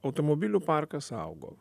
automobilių parkas augo